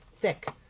thick